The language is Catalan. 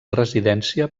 residència